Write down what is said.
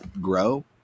grow